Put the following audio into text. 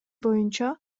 боюнча